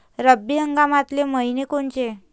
रब्बी हंगामाचे मइने कोनचे?